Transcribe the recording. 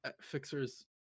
Fixer's